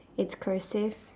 it's cursive